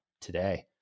today